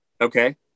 Okay